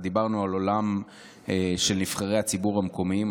דיברנו על עולם של נבחרי הציבור המקומיים.